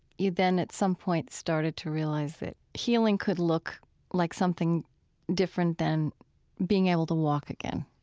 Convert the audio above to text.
you then, at some point, started to realize that healing could look like something different than being able to walk again.